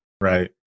Right